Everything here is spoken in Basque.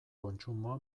kontsumoa